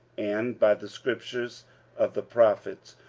and by the scriptures of the prophets,